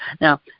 Now